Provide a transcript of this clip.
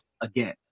again